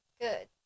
Good